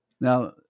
now